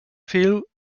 phil